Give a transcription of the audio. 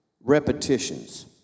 repetitions